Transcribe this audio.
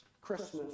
Christmas